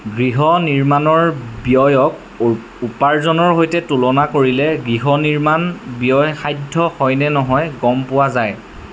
গৃহ নিৰ্মাণৰ ব্যয়ক উ উপাৰ্জনৰ সৈতে তুলনা কৰিলে গৃহ নিৰ্মাণ ব্যয়সাধ্য হয়নে নহয় গম পোৱা যায়